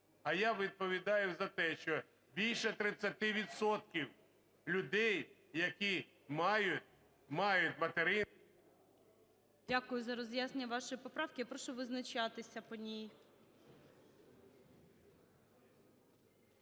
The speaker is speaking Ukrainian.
А я відповідаю за те, що більше 30 відсотків людей, які мають… ГОЛОВУЮЧИЙ. Дякую за роз'яснення вашої поправки. Я прошу визначатися по ній.